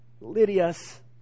Lydia's